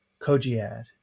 Kojiad